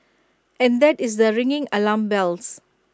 and that is the ringing alarm bells